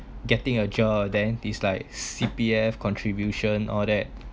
getting a job then is like C_P_F contribution all that